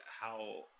how-